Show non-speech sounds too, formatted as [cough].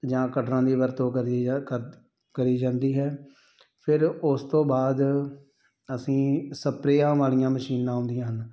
ਜਾਂ ਕਟਰਾਂ ਦੀ ਵਰਤੋਂ ਕਰੀ ਜਾ [unintelligible] ਕਰੀ ਜਾਂਦੀ ਹੈ ਫਿਰ ਉਸ ਤੋਂ ਬਾਅਦ ਅਸੀਂ ਸਪਰੇਹਾਂ ਵਾਲੀਆਂ ਮਸ਼ੀਨਾਂ ਆਉਂਦੀਆਂ ਹਨ